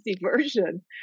version